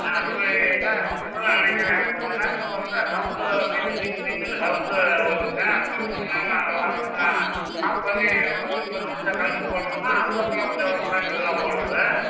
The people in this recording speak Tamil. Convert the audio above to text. ஆ அப்படி தான் இருக்கும்னு நினைக்கிறேன் கொஞ்ச நேரத்தில் வந்து சவுண்டு கீச் கீச் கீச்சுன்னு சவுண்டு வருதுங்க அப்புறம் கொஞ்சம் நேரம் நல்லா கொஞ்சம் ஆஃப் பண்ணி ஒரு பத்து நிமிடம் கழிச்சு போட்டோம்னால் அதுக்கப்புறம் கொஞ்சம் ஒரு மாதிரி நல்லா ஓடுது